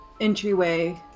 Entryway